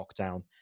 lockdown